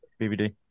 BBD